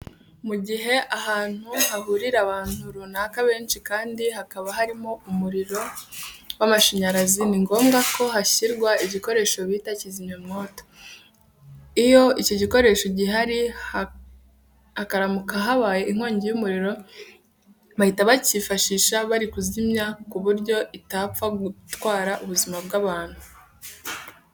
Mu gihe ahantu hahurira abantu runaka benshi kandi hakaba harimo umuriro w'amashanyarazi, ni ngombwa ko hashyirwa igikoresho bita kizimyamoto. Iyo iki gikoresho gihari, hakaramuka habaye nk'inkongi y'umuriro bahita bacyifashisha bari kuyizimya ku buryo itapfa gutwara ubuzima bw'abantu.